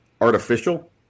artificial